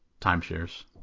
timeshares